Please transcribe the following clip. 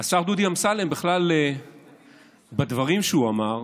השר דודי אמסלם, בכלל בדברים שהוא אמר,